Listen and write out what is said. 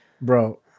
Bro